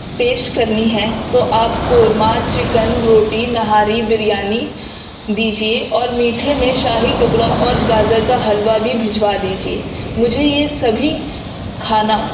پیش کرنی ہیں تو آپ کو رومال چکن روٹی نہاری بریانی دیجیے اور میٹھے میں شاہی ٹکڑا اور گاجر کا حلوہ بھی بھیجوا دیجیے مجھے یہ سبھی کھانا